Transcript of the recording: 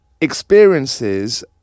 experiences